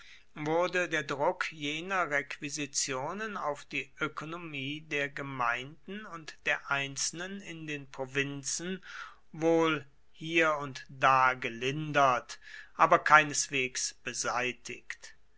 wurde der druck jener requisitionen auf die ökonomie der gemeinden und der einzelnen in den provinzen wohl hier und da gelindert aber keineswegs beseitigt